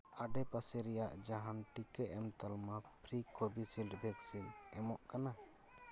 ᱟᱰᱮᱯᱟᱥᱮ ᱨᱮᱭᱟᱜ ᱡᱟᱦᱟᱱ ᱴᱤᱠᱟᱹ ᱮᱢ ᱛᱟᱞᱢᱟ ᱯᱷᱨᱤ ᱠᱳᱵᱷᱤᱥᱤᱞᱰ ᱵᱷᱮᱠᱥᱤᱱ ᱮᱢᱚᱜ ᱠᱟᱱᱟ